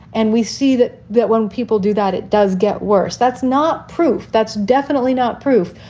and we see that that when people do that, it does get worse. that's not proof. that's definitely not proof.